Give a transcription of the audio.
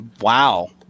Wow